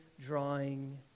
drawing